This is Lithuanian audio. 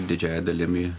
didžiąja dalimi